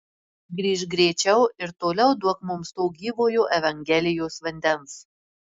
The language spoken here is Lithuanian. grįžk greičiau ir toliau duok mums to gyvojo evangelijos vandens